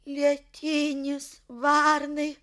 lietinis varnai